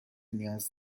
نیاز